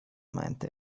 meinte